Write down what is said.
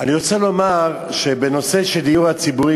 אני רוצה לומר בנושא של דיור ציבורי,